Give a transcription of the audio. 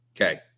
Okay